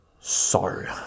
Sorry